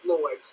Lord